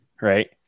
right